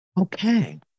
Okay